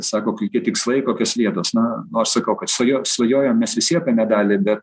sako kokie tikslai kokios vietos na nu aš sakau kad svajojam mes visi apie medalį bet